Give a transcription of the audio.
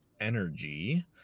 Energy